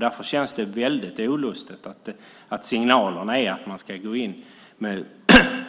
Därför känns det väldigt olustigt att signalerna är att man ska gå in